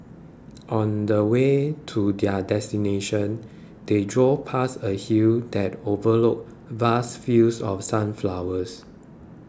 on the way to their destination they drove past a hill that overlooked vast fields of sunflowers